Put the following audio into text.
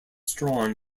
strong